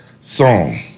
Song